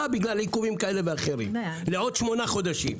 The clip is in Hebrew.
בגלל עיכובים כאלה ואחרים לעוד שמונה חודשים.